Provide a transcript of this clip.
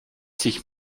sich